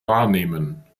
wahrnehmen